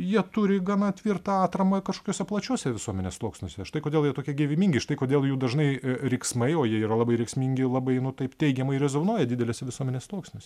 jie turi gana tvirtą atramą kažkokiuose plačiuose visuomenės sluoksniuose štai kodėl jie tokie gyvybingi štai kodėl jų dažnai riksmai o jie yra labai rėksmingi labai nu taip teigiamai rezonuoja didelėse visuomenės sluoksniuse